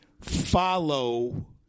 follow